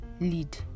lead